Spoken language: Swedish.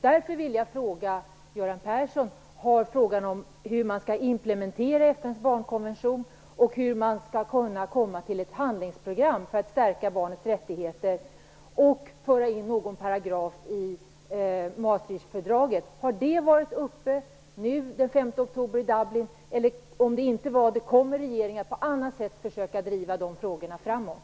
Därför vill jag fråga Göran Persson: Har frågan om hur man skall implementera FN:s barnkonvention, komma till ett handlingsprogram för att stärka barnens rättigheter samt föra in en paragraf härom i Maastrichtfördraget varit uppe till diskussion den 5 oktober i Dublin? Om inte, kommer regeringen på annat sätt att försöka driva de frågorna framåt?